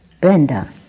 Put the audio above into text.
Brenda